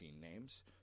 names